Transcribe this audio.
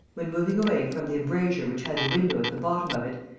when moving away from the embrasure which had the window at the bottom of it,